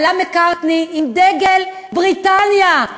עלה מקרטני עם דגל בריטניה,